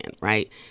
right